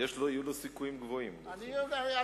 יהיו לו סיכויים גבוהים, דרך אגב.